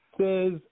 says